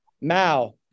Mao